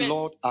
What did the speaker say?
Lord